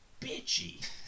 bitchy